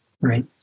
right